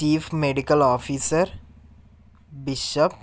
chief medical officer bishop